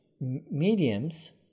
mediums